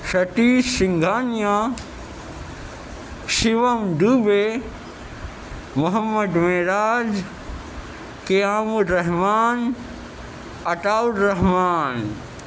Satish Shangania Shivam Dubey Mohammad Meraj Qayam Ur Rahman Ata Rahman